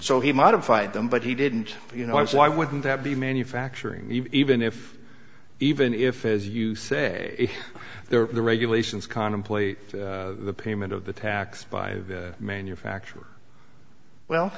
so he modified them but he didn't you know why wouldn't that be manufacturing even if even if as you say there are the regulations contemplate the payment of the tax by manufacturer